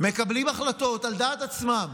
מקבלים החלטות על דעת עצמם,